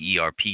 ERP